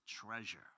Treasure